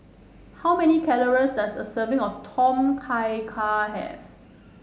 how many calories does a serving of Tom Kha Gai have